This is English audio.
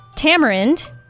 tamarind